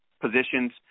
positions